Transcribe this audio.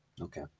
Okay